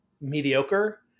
mediocre